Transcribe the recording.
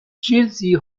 chelsea